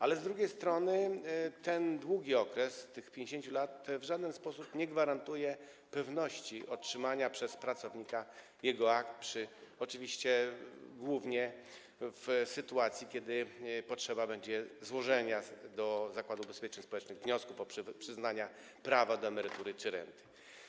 Ale z drugiej strony ten długi okres 50 lat w żaden sposób nie gwarantuje pewności otrzymania przez pracownika jego akt, oczywiście głównie w sytuacji, kiedy będzie potrzeba złożenia do Zakładu Ubezpieczeń Społecznych wniosku o przyznanie prawa do emerytury czy renty.